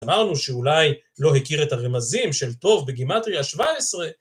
אמרנו שאולי לא הכיר את הרמזים של 'טוב בגימטרייה - 17'.